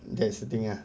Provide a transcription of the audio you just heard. that's the thing ah